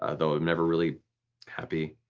ah though i'm never really happy.